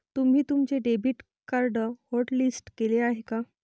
तुम्ही तुमचे debit card hotlist केले आहे का?